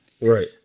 right